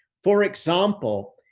for example,